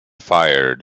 fired